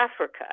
Africa